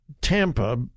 Tampa